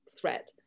threat